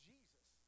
Jesus